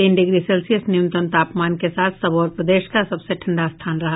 तीन degree Celsius न्यूनतम तापमान के साथ सबौर प्रदेश का सबसे ठंडा स्थान रहा